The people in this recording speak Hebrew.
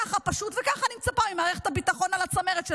ככה פשוט וככה אני מצפה מצמרת מערכת הביטחון לדבר.